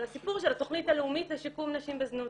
על הסיפור של התכנית הלאומית לשיקום נשים בזנות.